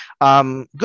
Good